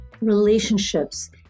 relationships